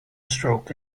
stroke